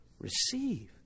receive